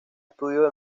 estudio